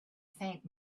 faint